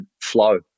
flow